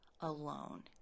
alone